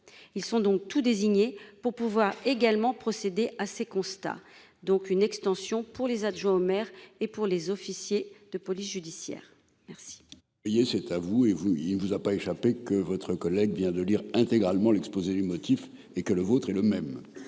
Ils sont donc tout désigné pour pouvoir également procéder à ces constats donc une extension pour les adjoints au maire et pour les officiers de police judiciaire. Merci.